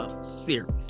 Series